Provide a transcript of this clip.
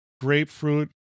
grapefruit